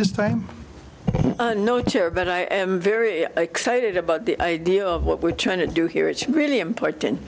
this time nocera but i am very excited about the idea of what we're trying to do here it's really important